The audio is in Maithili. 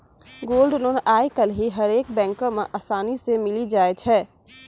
गोल्ड लोन आइ काल्हि हरेक बैको मे असानी से मिलि जाय छै